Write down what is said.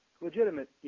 legitimate